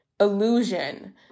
illusion